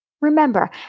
Remember